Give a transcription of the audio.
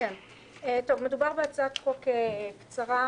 מדובר בהצעת חוק קצרה,